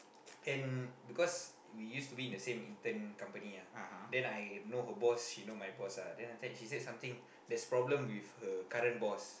and because we used to be in the same intern company ah then I know her boss she know my boss ah then after that she said something there's problem with her current boss